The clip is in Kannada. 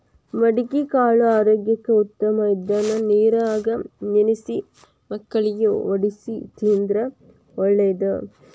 ಮಡಿಕಿಕಾಳು ಆರೋಗ್ಯಕ್ಕ ಉತ್ತಮ ಇದ್ನಾ ನೇರಾಗ ನೆನ್ಸಿ ಮಳ್ಕಿ ವಡ್ಸಿ ತಿಂದ್ರ ಒಳ್ಳೇದ